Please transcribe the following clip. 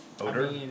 Odor